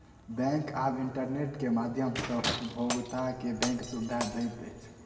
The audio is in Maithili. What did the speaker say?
बैंक आब इंटरनेट के माध्यम सॅ उपभोगता के बैंक सुविधा दैत अछि